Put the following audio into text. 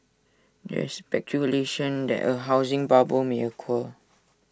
there is speculation that A housing bubble may occur